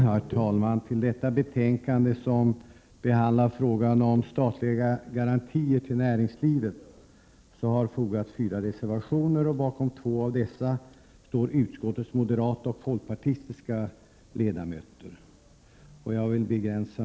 Herr talman! Till detta betänkande som behandlar frågan om statliga garantier till näringslivet har fogats fyra reservationer. Bakom två av dessa står utskottets moderata och folkpartistiska ledamöter.